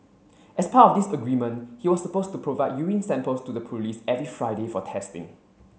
as part of this agreement he was supposed to provide urine samples to the police every Friday for testing